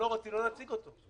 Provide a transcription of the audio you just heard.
אתם לא רוצים, לא נציג אותו.